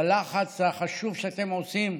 בלחץ החשוב שאתם עושים,